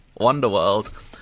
Wonderworld